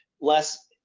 less